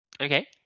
Okay